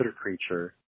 creature